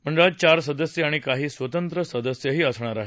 मंडळात चार सदस्य आणि काही स्वतंत्र सदस्यही असणार आहेत